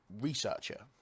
Researcher